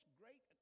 great